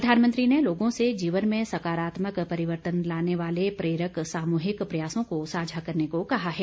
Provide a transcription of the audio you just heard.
प्रधानमंत्री ने लोगों से जीवन में सकारात्मक परिवर्तन लाने वाले प्रेरक सामूहिक प्रयासों को साझा करने को कहा है